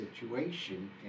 situation